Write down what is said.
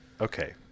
Okay